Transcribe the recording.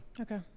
Okay